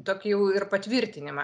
tokį jau ir patvirtinimą